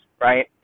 right